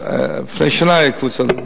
לפני שנה היה לקבוצות סיכון.